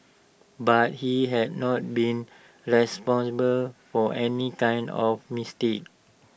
but he has not been responsible for any kind of mistake